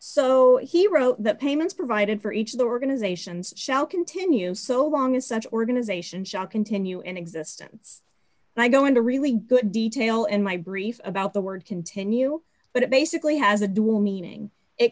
so he wrote that payments provided for each of the organizations shall continue so long as such organization shall continue in existence and i go into really good detail in my brief about the word continue but it basically has a dual meaning it